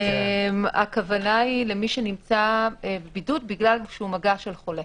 הכוונה היא למי שנמצא בבידוד מגע עם חולה.